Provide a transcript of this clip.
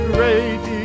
Great